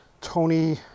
Tony